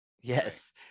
yes